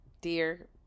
dear